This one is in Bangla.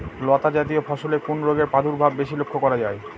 লতাজাতীয় ফসলে কোন রোগের প্রাদুর্ভাব বেশি লক্ষ্য করা যায়?